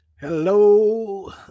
Hello